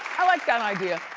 i like that idea,